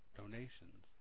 donations